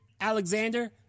Alexander